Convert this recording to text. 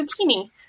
zucchini